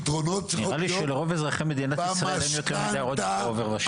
נראה לי שלרוב אזרחי מדינת ישראל אין יותר מדי עודף בעובר ושב.